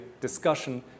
discussion